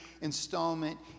installment